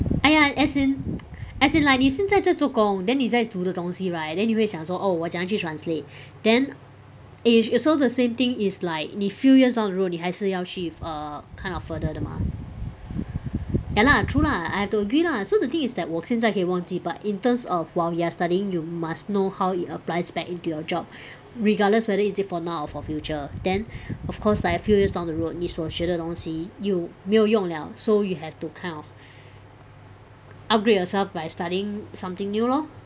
!aiya! as in as in like 你现在在做工 then 你再读的东西 right then 你会想说 oh 我怎样去 translate then which is also same thing is like 你 few years down the road 你还是要去 if err kind of further 的 mah ya lah true lah I have to agree lah so the thing is that 我现在可以忘记 but in terms of while you are studying you must know how it applies back into your job regardless whether is it for now or for future then of course like a few years down the road 你所学的东西 you 没有用 liao so you have to kind of upgrade yourself by studying something new lor